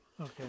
Okay